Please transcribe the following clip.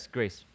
Grace